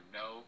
no